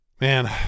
man